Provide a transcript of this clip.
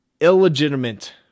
illegitimate